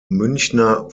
münchner